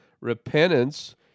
Repentance